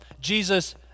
Jesus